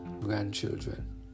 grandchildren